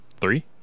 three